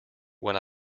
when